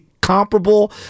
comparable